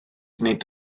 nid